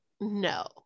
no